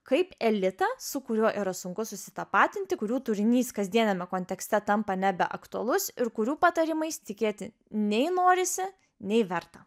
kaip elitą su kuriuo yra sunku susitapatinti kurių turinys kasdieniame kontekste tampa nebeaktualus ir kurių patarimais tikėti nei norisi nei verta